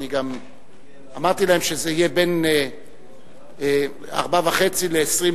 אני גם אמרתי להם שזה יהיה בין 16:30 ל-16:40,